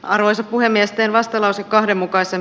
arvoisa puhemies